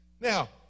Now